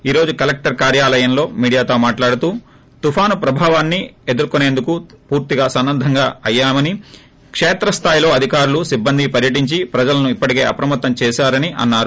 ఈ రోజు కలెక్షర్ కార్యాలయంలో మీడియాతో మాట్లాడుతూ తుపానుప్రభావాన్ని ఎదుర్కొనేందుకు పూర్తిగా సన్నద్దం ఆయామని కేత్ర స్నాయిలో అధికారులు స్టబ్బంది పర్వటించి ప్రజలను అప్రమత్తం చేశామని అన్నారు